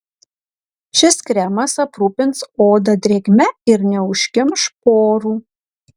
šis kremas aprūpins odą drėgme ir neužkimš porų